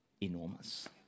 enormous